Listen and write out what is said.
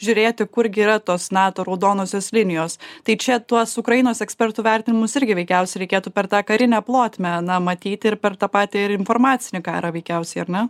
žiūrėti kurgi yra tos nato raudonosios linijos tai čia tuos ukrainos ekspertų vertinimus irgi veikiausiai reikėtų per tą karinę plotmę na matyti ir per tą patį ir informacinį karą veikiausiai ar ne